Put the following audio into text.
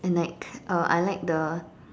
and like uh I like the